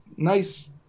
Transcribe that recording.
Nice